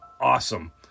Awesome